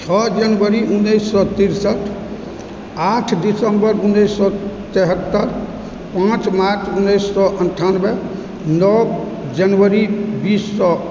छओ जनवरी उन्नैस सए तिरसठि आठ दिसंबर उन्नैस सए तिहत्तरि पाँच मार्च उन्नैस सए अन्ठानबे नओ जनवरी बीस सए